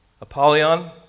Apollyon